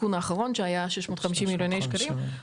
העדכון האחרון שהיה כ-650 מיליון שקלים,